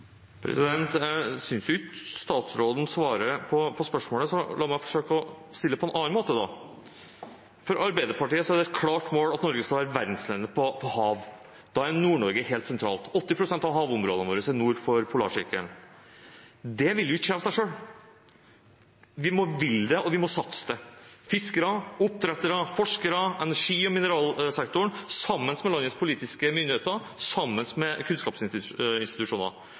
Jeg synes ikke statsråden svarer på spørsmålet, så la meg forsøke å stille det på en annen måte: For Arbeiderpartiet er det et klart mål at Norge skal være verdensledende innen hav. Da er Nord-Norge helt sentralt – 80 pst. av havområdene våre er nord for polarsirkelen. Det vil ikke komme av seg selv. Vi må ville det, og vi må satse – fiskere, oppdrettere, forskere, energi- og mineralsektoren, sammen med landets politiske myndigheter, og sammen med